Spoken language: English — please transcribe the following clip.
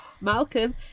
Malcolm